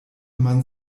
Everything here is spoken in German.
man